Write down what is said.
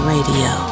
Radio